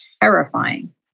terrifying